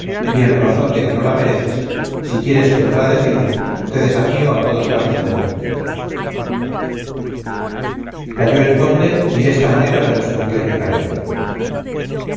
y en razón de que no la mereces si quisieres contradecirme te desafío a todo trance de muerte calló el conde y desta manera le respondió ricaredo